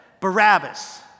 Barabbas